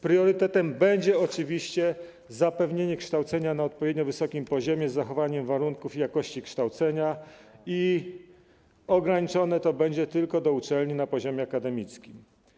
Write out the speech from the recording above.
Priorytetem będzie oczywiście zapewnienie kształcenia na odpowiednio wysokim poziomie, z zachowaniem warunków i jakości kształcenia, i ograniczone to będzie tylko do uczelni na poziomie akademickim.